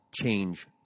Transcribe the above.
change